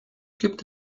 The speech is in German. gibt